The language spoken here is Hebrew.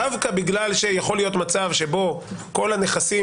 דווקא בגלל שיכול להיות מצב שבו כל הנכסים